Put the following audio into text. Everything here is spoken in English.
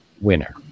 winner